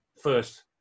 first